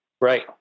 Right